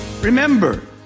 Remember